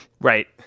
Right